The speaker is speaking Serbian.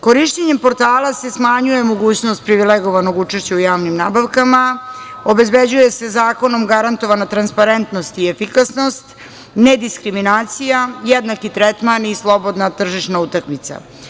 Korišćenjem portala se smanjuje mogućnost privilegovanog učešća u javnim nabavkama, obezbeđuje se zakonom garantovana transparentnost i efikasnost, nediskriminacija, jednaki tretman i slobodna tržišna utakmica.